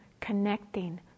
connecting